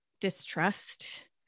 distrust